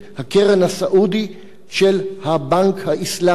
הקרן הסעודית של הבנק האסלאמי.